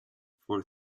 for